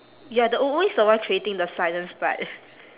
you're the always the one creating the silence but